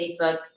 Facebook